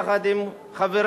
יחד עם חברי,